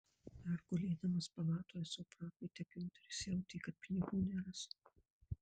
dar gulėdamas palatoje savo prakaite giunteris jautė kad pinigų neras